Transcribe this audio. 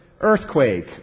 earthquake